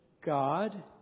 God